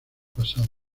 pasado